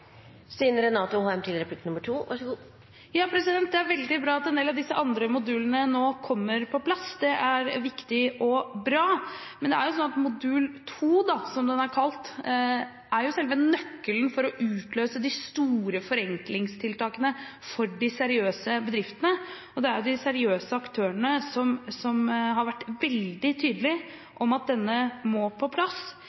Det er veldig bra at en del av disse andre modulene nå kommer på plass. Det er viktig og bra, men det er jo slik at modul 2, som den er kalt, er selve nøkkelen til å utløse de store forenklingstiltakene for de seriøse bedriftene. Det er jo de seriøse aktørene som har vært veldig